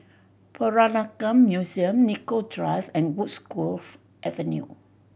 Peranakan Museum Nicoll Drive and Woodgrove Avenue